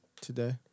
Today